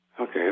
Okay